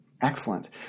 Excellent